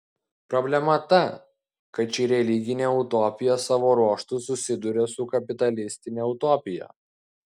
problema ta kad ši religinė utopija savo ruožtu susiduria su kapitalistine utopija